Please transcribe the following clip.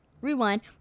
Rewind